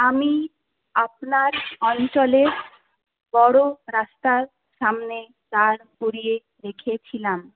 আমি আপনার অঞ্চলে বড়ো রাস্তার সামনে দাঁড় করিয়ে রেখেছিলাম